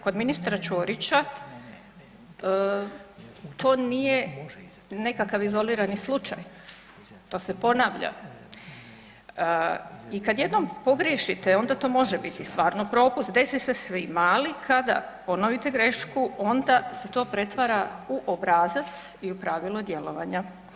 Kod ministra Ćorića to nije nekakav izolirani slučaj, to se ponavlja i kad jednom pogriješite onda to može biti stvarno propust, desi se svima, ali kada ponovite grešku onda se to pretvara u obrazac i u pravilo djelovanja.